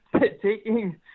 taking